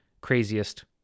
craziest